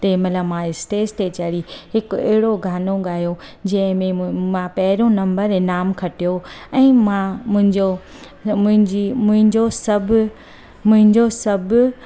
तंहिं महिल मां स्टेज ते चढ़ी हिकु अहिड़ो गानो ॻायो जंहिंमें मां मां पहिरियों नम्बर इनामु खटियो ऐं मां मुंहिंजो मुंहिंजी मुंहिंजो सभु मुंहिंजो सभु